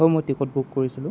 হয় মই ticket book কৰিছিলোঁ